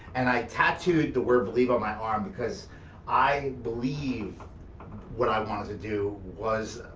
and i tattooed the word believe on my arm because i believe what i wanted to do was,